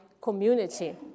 community